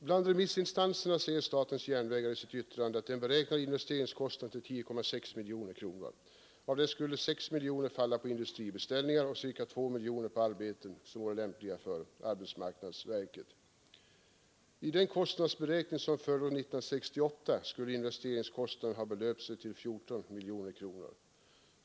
Bland remissinstanserna säger statens järnvägar i sitt yttrande att man beräknar investeringskostnaden till 10,6 miljoner kronor. Härav skulle 6 miljoner falla på industribeställningar och cirka 2 miljoner på arbeten som vore lämpliga för arbetsmarknadsverket. Enligt den kostnadsberäkning som förelåg 1968 skulle investeringskostnaden ha belöpt sig till 14 miljoner kronor.